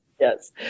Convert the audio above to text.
Yes